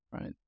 Right